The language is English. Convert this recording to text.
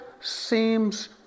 seems